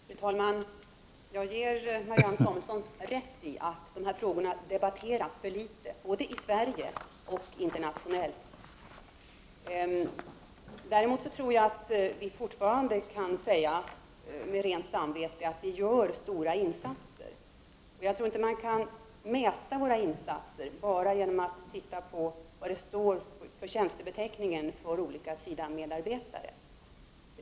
Fru talman! Jag ger Marianne Samuelsson rätt i att de här frågorna debatteras för litet, både i Sverige och internationellt. Däremot tror jag att vi fortfarande med rent samvete kan säga att vi gör stora insatser. Jag tror inte att man kan mäta våra insatser bara genom att titta på vad det står på tjänstebeteckningen för olika SIDA-medarbetare.